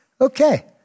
Okay